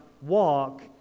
walk